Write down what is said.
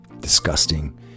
disgusting